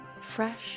Fresh